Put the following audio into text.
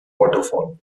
waterfall